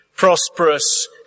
prosperous